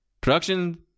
Production